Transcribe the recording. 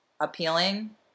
appealing